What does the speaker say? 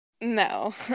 no